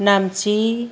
Namchi